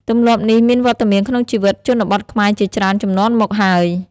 ទម្លាប់នេះមានវត្តមានក្នុងជីវិតជនបទខ្មែរជាច្រើនជំនាន់មកហើយ។